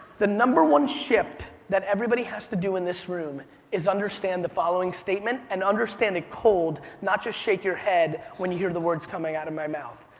the number one shift that everybody has to do in this room is understand the following statement, and understand it cold, not just shake your head when you hear the words coming out of my mouth.